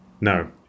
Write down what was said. No